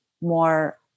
more